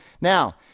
now